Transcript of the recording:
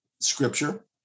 scripture